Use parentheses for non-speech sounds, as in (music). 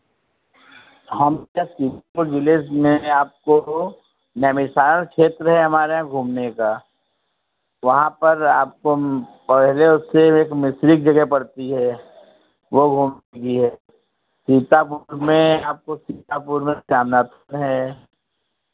हम (unintelligible) सीतापुर जिले में आपको नैमीसारण क्षेत्र है हमारे यहाँ घूमने का वहाँ पर आपको हम पहले उससे एक मिस्रिक जगह पड़ती है वो घूमने की है सीतापुर में आपको सीतापुर में सारनाथ है